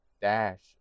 dash